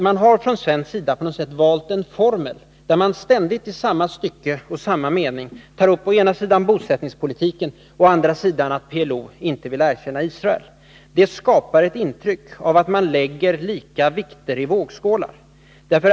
Man har från svensk sida valt en formel där man ständigt — i samma stycke och samma mening — tar upp å ena sidan bosättningspolitiken och å andra sidan att PLO inte vill erkänna Israel. Det skapar ett intryck av att Sverige lägger lika vikter i vågskålarna.